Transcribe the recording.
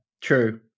true